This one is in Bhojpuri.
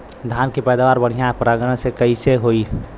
धान की पैदावार बढ़िया परागण से कईसे होई?